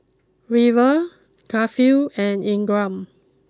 River Garfield and Ingram